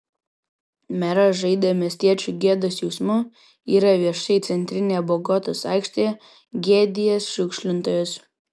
meras žaidė miestiečių gėdos jausmu yra viešai centrinėje bogotos aikštėje gėdijęs šiukšlintojus